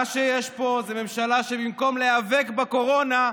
מה שיש פה זה ממשלה שבמקום להיאבק בקורונה,